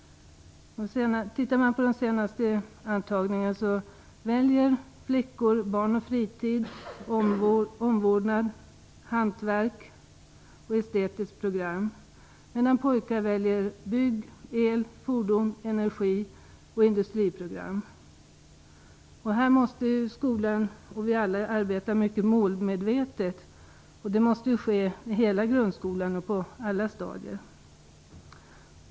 Vid den senaste intagningen till gymnasieskolan valde flickor Barn och fritids-, Industriprogram. Här måste skolan och vi alla arbeta mycket målmedvetet, vilket måste ske på alla stadier i grundskolan.